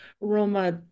Roma